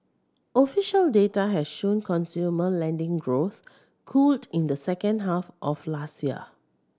official data has shown consumer lending growth cooled in the second half of last year